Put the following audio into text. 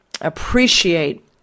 appreciate